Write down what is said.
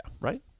Right